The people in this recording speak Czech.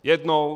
Jednou?